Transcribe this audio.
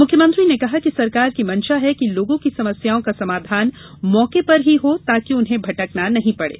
मुख्यमंत्री ने कहा कि सरकार की मंशा है कि लोगों की समस्याओं का समाधान मौके पर ही हो ताकि उन्हें भटकना नहीं पड़े